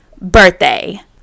birthday